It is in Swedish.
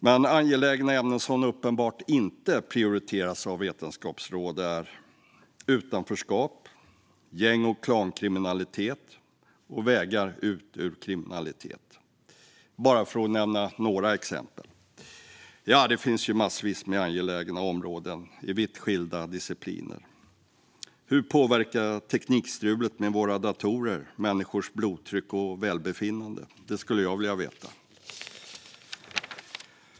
Men angelägna ämnen som uppenbart inte prioriteras av Vetenskapsrådet är utanförskap, gäng och klankriminalitet och vägar ut ur kriminalitet, bara för att nämna några exempel. Det finns massvis med angelägna områden i vitt skilda discipliner. Hur påverkar teknikstrulet med våra datorer människors blodtryck och välbefinnande? Det skulle jag vilja veta.